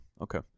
Okay